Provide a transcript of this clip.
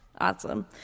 Awesome